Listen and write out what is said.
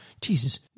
Jesus